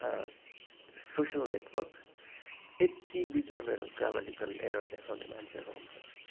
social networks यति बिघ्न मेरो ग्रामाटिकल एरर देखाउने मान्छेहरू हुन्छ